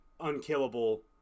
unkillable